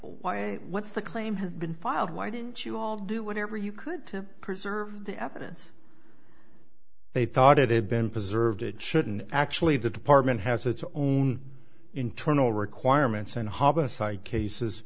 why what's the claim has been filed why didn't you all do whatever you could to preserve the evidence they thought it had been preserved it shouldn actually the department has its own internal requirements in homicide case